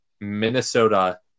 Minnesota